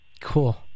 Cool